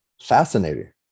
fascinating